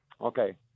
Okay